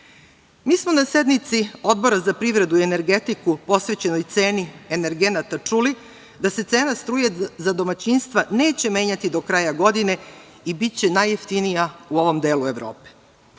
smo na sednici Odbora za privredu i energetiku posvećenoj ceni energenata čuli da se cena struje za domaćinstva neće menjati do kraja godine i biće najjeftinija u ovom delu